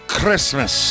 Christmas